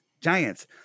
giants